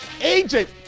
Agent